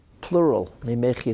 plural